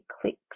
clicks